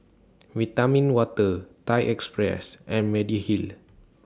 Vitamin Water Thai Express and Mediheal